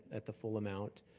at the full amount.